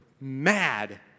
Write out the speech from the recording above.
mad